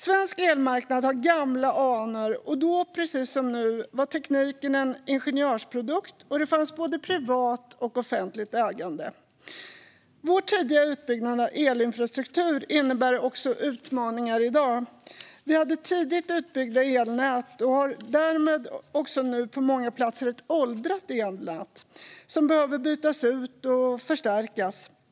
Svensk elmarknad har gamla anor. Då precis som nu var tekniken en ingenjörsprodukt, och det fanns både privat och offentligt ägande. Vår tidiga utbyggnad av elinfrastruktur innebär också utmaningar i dag. Vi hade tidigt utbyggda elnät och har därmed också nu på många platser ett åldrat elnät som behöver bytas ut och förstärkas.